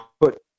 put